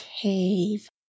cave